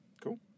Cool